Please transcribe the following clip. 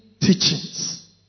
teachings